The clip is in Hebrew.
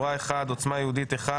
אחד, עוצמה יהודית אחד